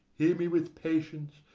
hear me with patience,